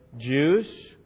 Jews